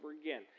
again